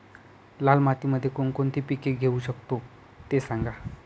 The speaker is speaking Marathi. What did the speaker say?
लाल मातीमध्ये कोणकोणती पिके घेऊ शकतो, ते सांगा